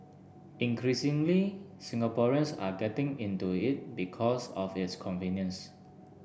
increasingly Singaporeans are getting into it because of its convenience